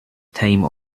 time